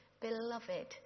beloved